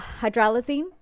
Hydralazine